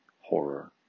horror